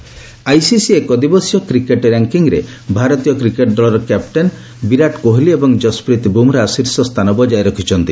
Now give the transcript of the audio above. cricket ICC ଏକଦିବସୀୟ cricket ର୍ୟାଙ୍କିଙ୍ଗ୍ରେ ଭାରତୀୟ କ୍ରିକେଟ୍ ଦଳର କ୍ୟାପ୍ଟେନ୍ ବିରାଟ କୋହଲି ଏବଂ ଯଶପ୍ରୀତ ବୁମ୍ରାହ ଶୀର୍ଷ ସ୍ଥାନ ବଜାୟ ରଖିଛନ୍ତି